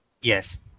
Yes